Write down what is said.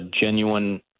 genuine